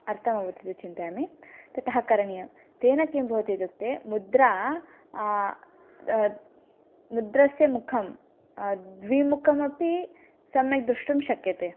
अर्थमभवत् इति चिन्तयामि ततः करणीयं तेन किं भवति इत्युक्ते मुद्रा मुद्रायाः मुखं द्विमुखमपि सम्यक् द्रष्टुं शक्यते